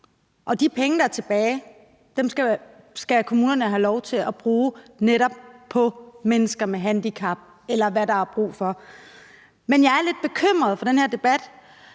de penge, der er tilbage, skal kommunerne have lov til at bruge netop på mennesker med handicap, eller hvad der er brug for.